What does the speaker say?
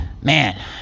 Man